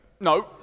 no